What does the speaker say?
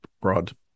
broad